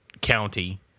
County